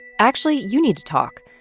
actually, you need to talk.